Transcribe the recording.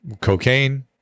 cocaine